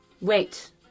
Wait